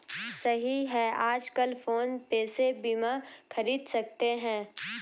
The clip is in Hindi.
सही है आजकल फ़ोन पे से बीमा ख़रीद सकते हैं